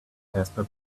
casper